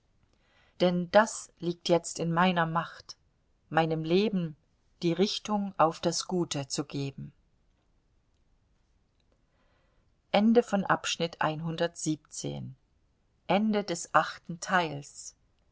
denn das liegt jetzt in meiner macht meinem leben die richtung auf das gute zu geben